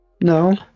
No